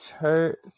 church